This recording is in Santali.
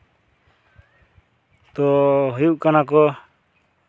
ᱛᱚ ᱦᱩᱭᱩᱜ ᱠᱟᱱᱟ ᱠᱚ